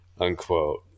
Unquote